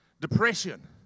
depression